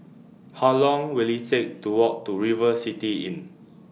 How Long Will IT Take to Walk to River City Inn